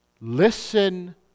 Listen